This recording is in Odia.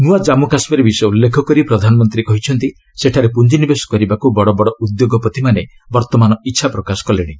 ନୂଆ ଜାମ୍ଗୁ କାଶ୍ମୀର ବିଷୟ ଉଲ୍ଲ୍ଖେଖ କରି ପ୍ରଧାନମନ୍ତ୍ରୀ କହିଛନ୍ତି ସେଠାରେ ପୁଞ୍ଜିନିବେଶ କରିବାକୁ ବଡବଡ ଉଦ୍ୟୋଗପତିମାନେ ବର୍ତ୍ତମାନ ଇଚ୍ଛାପ୍ରକାଶ କଲେଣି